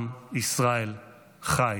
"עם ישראל חי".